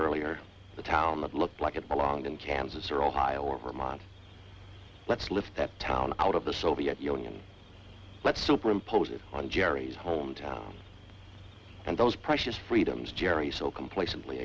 earlier the town that looked like it belonged in kansas or ohio or vermont let's lift that town out of the soviet union let's superimpose it on jerry's hometown and those precious freedoms jerry so complacent